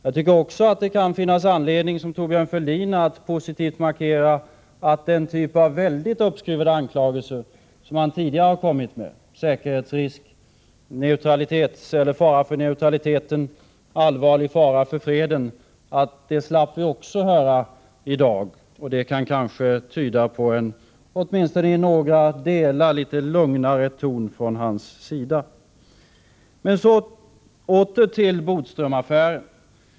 Jag tycker också, liksom Thorbjörn Fälldin, att det kan finnas anledning att som positivt markera att den typ av väldigt uppskruvade anklagelser som statsministern tidigare har kommit med — säkerhetsrisk, fara för neutraliteten, allvarlig fara för freden — slapp vi höra i dag. Det kan kanske tyda på en åtminstone i några delar litet lugnare ton från statsministerns sida. Men nu åter till Bodströmaffären.